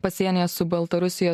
pasienyje su baltarusija